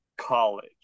college